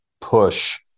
push